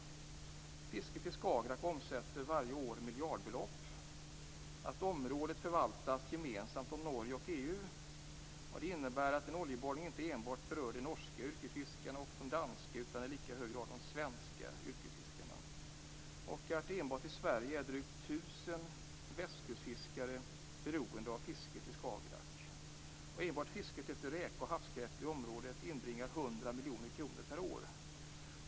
Fisket i Skagerrak omsätter varje år miljardbelopp. Området förvaltas gemensamt av Norge och EU. Det innebär att oljeborrning berör inte enbart de norska och danska yrkesfiskarna utan också i lika hög grad de svenska yrkesfiskarna. Enbart i Sverige är drygt 1 000 västkustfiskare beroende av fisket i Skagerrak. Bara fisket efter räkor och havskräftor i området inbringar 100 miljoner kronor per år.